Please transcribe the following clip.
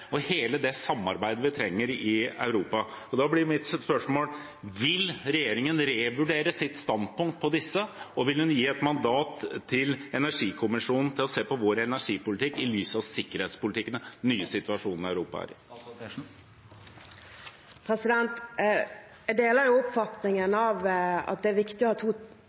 disse, og vil statsråden gi et mandat til energikommisjonen om å se på vår energipolitikk i lys av sikkerhetspolitikken og den nye situasjonen Europa er i? Jeg deler oppfatningen om at det er viktig å ha to